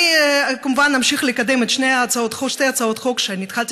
אני כמובן אמשיך לקדם את שתי הצעות החוק שאני התחלתי